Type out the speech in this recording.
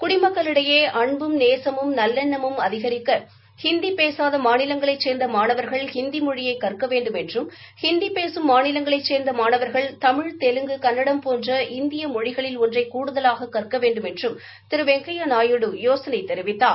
குடிமக்களிடையே அன்பும் நேசமும் நல்லெண்ணமும் அதிகரிக்க ஹிந்தி பேசாத மாநிலங்களைச் சேர்ந்த மாணவர்கள் ஹிந்தி மொழியை கற்க வேண்டும் என்றும் ஹிந்தி பேசும் மாநிலங்களைச் சேர்ந்த மாணவர்கள் தமிழ் தெலுங்கு கன்னடா போன்ற இந்திய மொழிகளில் ஒன்றை கடுதலாக கற்க வேண்டுமென்றும் திரு வெங்கையா நாயுடு யோசனை தெரிவித்தார்